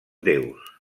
déus